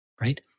right